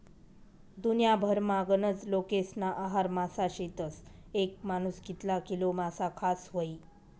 दुन्याभरमा गनज लोकेस्ना आहार मासा शेतस, येक मानूस कितला किलो मासा खास व्हयी?